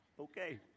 okay